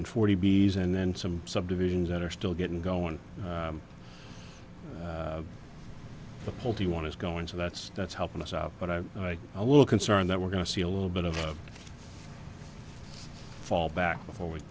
in forty bees and then some subdivisions that are still getting going the pulte one is going so that's that's helping us out but i'm a little concerned that we're going to see a little bit of a fall back before we